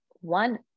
one